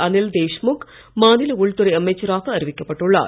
அனில் தேஷ்முக் மாநில உள்துறை அமைச்சராக அறிவிக்கப்பட்டுள்ளார்